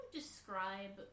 describe